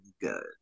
good